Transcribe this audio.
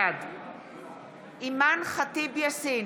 בעד אימאן ח'טיב יאסין,